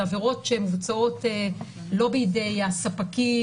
אלו עבירות שמבוצעות לא בידי הספקים,